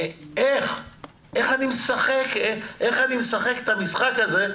איך אני משחק את המשחק הזה,